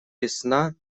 весна